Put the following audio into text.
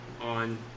on